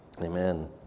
Amen